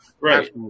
Right